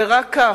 ורק כך,